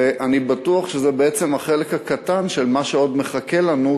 ואני בטוח שזה בעצם החלק הקטן של מה שעוד מחכה לנו,